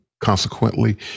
consequently